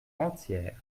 entière